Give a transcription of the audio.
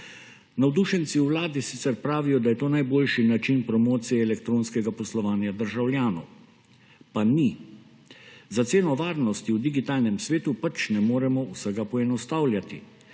Navdušenci v Vladi sicer pravijo, da je to najboljši način promocije elektronskega poslovanja državljanov, pa ni. Za ceno varnosti v digitalnem svetu pač ne moremo vsega poenostavljati.